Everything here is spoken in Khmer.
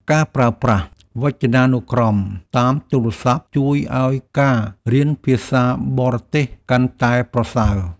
ការប្រើប្រាស់វចនានុក្រមតាមទូរស័ព្ទ ជួយឱ្យការរៀនភាសាបរទេសកាន់តែប្រសើរ។